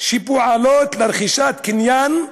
שפועלות לרכישת קניין,